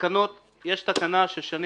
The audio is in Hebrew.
יש תקנה ששנים